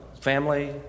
family